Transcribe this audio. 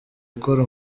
akora